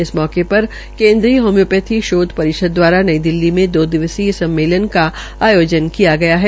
इस अवसर पर केन्द्रीय होम्योपैथी शोध परिषद दवारा नई दिल्ली में दो दिवसीय सम्मेलन का आयोजन किया जा रहा है